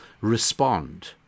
respond